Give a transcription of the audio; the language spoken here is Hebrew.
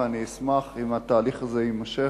ואני אשמח אם התהליך זה יימשך.